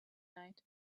night